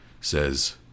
says